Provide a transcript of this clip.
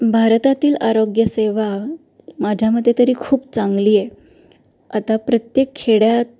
भारतातील आरोग्य सेवा माझ्या मते तरी खूप चांगली आहे आता प्रत्येक खेड्यात